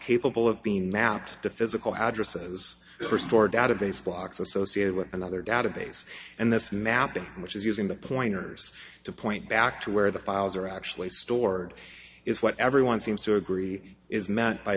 capable of being mapped to physical addresses or stored database blocks associated with another database and this mapping which is using the pointers to point back to where the files are actually stored is what everyone seems to agree is meant by